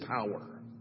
power